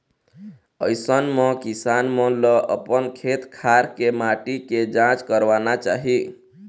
अइसन म किसान मन ल अपन खेत खार के माटी के जांच करवाना चाही